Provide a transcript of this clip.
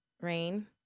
rain